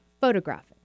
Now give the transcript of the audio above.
photographing